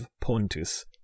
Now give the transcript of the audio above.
pontus